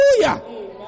hallelujah